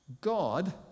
God